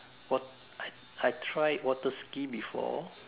what I I tried water ski before